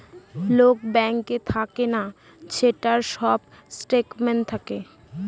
loan ব্যাঙ্কে থাকে না, সেটার সব স্টেটমেন্ট থাকে